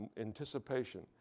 anticipation